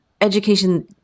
education